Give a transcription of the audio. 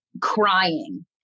crying